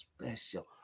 special